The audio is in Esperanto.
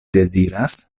deziras